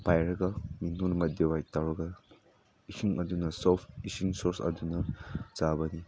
ꯄꯥꯏꯔꯒ ꯇꯧꯔꯒ ꯏꯁꯤꯡ ꯑꯗꯨꯅ ꯁꯣꯐ ꯏꯁꯤꯡ ꯁꯣꯔꯁ ꯑꯗꯨꯅ ꯆꯥꯕꯅꯤ